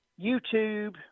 YouTube